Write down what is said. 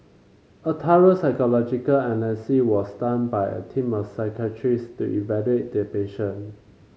a thorough psychological analysis was done by a team of psychiatrist to evaluate the patient